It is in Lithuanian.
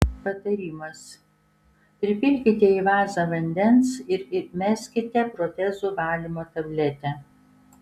patarimas pripilkite į vazą vandens ir įmeskite protezų valymo tabletę